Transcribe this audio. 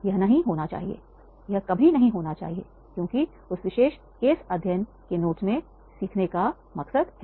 यह नहीं होना चाहिए यह कभी नहीं होना चाहिए क्योंकि उस विशेष केस अध्ययन के नोट्स में सीखने का उद्देश्य हैं